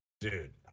Dude